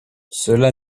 cela